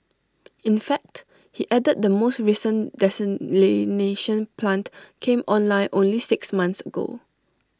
in fact he added the most recent desalination plant came online only six months ago